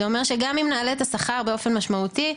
זה אומר שגם אם נעלה את השכר באופן משמעותי,